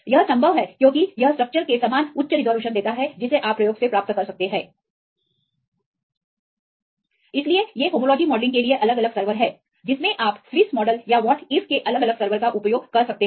यह संभव है क्योंकि यह स्ट्रक्चरस के समान उच्च रिज़ॉल्यूशन देता है जिसे आप प्रयोग से प्राप्त कर सकते हैं इसलिए ये होमोलॉजी मॉडलिंग के लिए अलग अलग सर्वर हैं जिसमें आप स्विस मॉडल या WhatIF के अलग अलग सर्वर का उपयोग कर सकते हैं